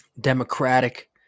democratic